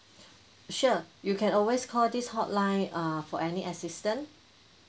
sure you can always call this hotline err for any assistant